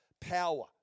power